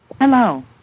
Hello